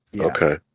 Okay